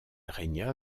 régna